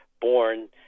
born